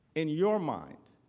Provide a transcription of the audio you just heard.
in your mind,